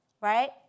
right